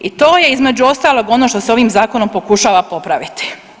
I to je između ostalog ono što se ovim zakonom pokušava popraviti.